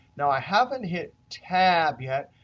now, i haven't hit tab yet,